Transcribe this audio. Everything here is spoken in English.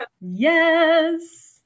Yes